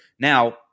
now